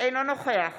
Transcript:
אינו נוכח